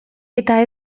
eta